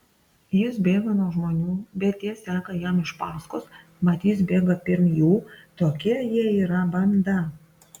jis bėga nuo žmonių bet tie seka jam iš paskos mat jis bėga pirm jų tokia jie yra banda